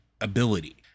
ability